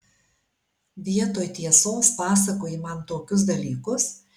vietoj tiesos pasakoji man tokius dalykus